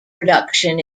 production